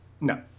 No